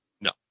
no